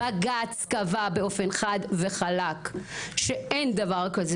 בג"צ קבע באופן חד וחלק שאין דבר כזה